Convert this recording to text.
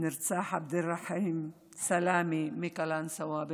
נרצח עבד אלרחים סלאמה מקלנסווה.